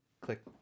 click